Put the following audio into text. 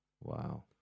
Wow